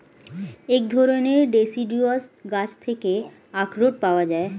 এক ধরণের ডেসিডুয়াস গাছ থেকে আখরোট পাওয়া যায়